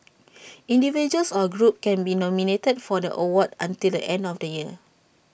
individuals or groups can be nominated for the award until the end of the year